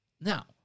Now